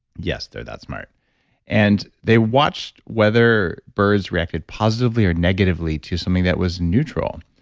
yes, they're that smart and they watched whether birds reacted positively or negatively to something that was neutral.